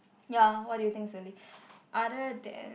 ya what do you think recently other than